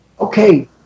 okay